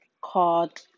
called